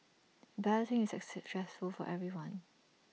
balloting is A stressful for everyone